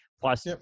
Plus